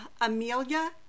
amelia